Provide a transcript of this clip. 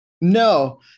No